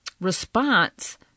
response